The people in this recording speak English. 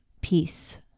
peace